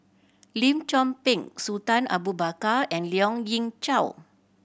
Lim Chor Pee Sultan Abu Bakar and Lien Ying Chow